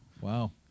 Wow